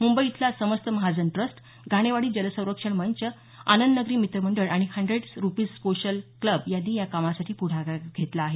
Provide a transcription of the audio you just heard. मुंबई इथला समस्त महाजन ट्रस्ट घाणवाडी जलसरक्षण मंच आनंदनगरी मित्रमंडळ आणि हंड्रेड रुपीज सोशल क्लब यांनी या कामासाठी पुढाकार घेतला आहे